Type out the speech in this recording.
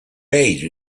page